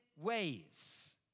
ways